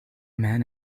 man